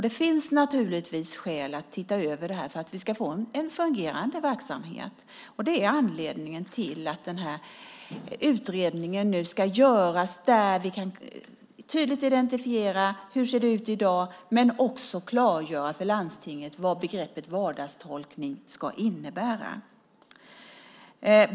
Det finns naturligtvis skäl att titta över detta så att vi kan få en fungerande verksamhet. Det är anledningen till att utredningen nu ska göras där vi tydligt kan identifiera hur det ser ut i dag men också klargöra för landstingen vad begreppet vardagstolkning ska innebära.